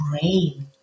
brain